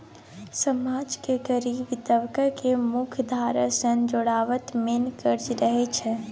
समाज केर गरीब तबका केँ मुख्यधारा सँ जोड़ब मेन काज रहय छै